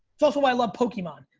it's also why i love pokemon.